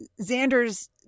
Xander's